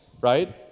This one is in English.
Right